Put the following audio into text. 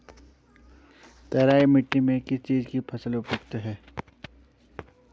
तराई मिट्टी में किस चीज़ की फसल उपयुक्त है?